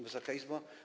Wysoka Izbo!